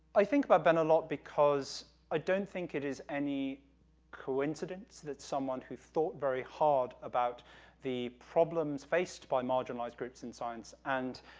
i think about ben a lot, because i don't think it is any coincidence that someone who thought very hard about the problems faced by marginalized groups in science and,